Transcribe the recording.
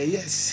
Yes